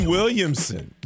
Williamson